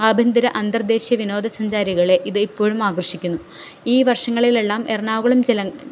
ആഭ്യന്തര അന്തർദേശീയ വിനോദസഞ്ചാരികളെ ഇത് ഇപ്പോഴും ആകർഷിക്കുന്നു ഈ വർഷങ്ങളിലെല്ലാം എറണാകുളം